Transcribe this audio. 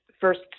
first